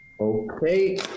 Okay